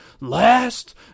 last